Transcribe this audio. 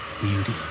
beauty